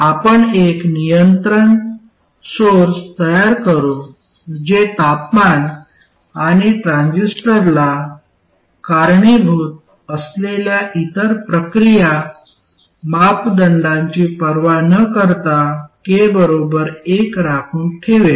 आपण एक नियंत्रण सोर्स तयार करू जे तापमान आणि ट्रान्झिस्टरला कारणीभूत असलेल्या इतर प्रक्रिया मापदंडांची पर्वा न करता k बरोबर 1 राखून ठेवेल